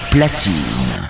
Platine